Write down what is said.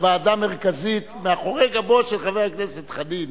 ועדה מרכזית מאחורי גבו של חבר הכנסת חנין?